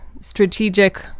strategic